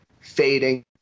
fading